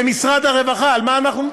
במשרד הרווחה, על מה אנחנו,